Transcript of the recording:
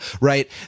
right